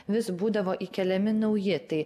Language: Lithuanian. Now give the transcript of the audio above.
vis būdavo įkeliami nauji tai